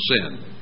sin